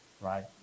right